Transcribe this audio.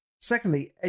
Secondly